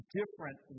different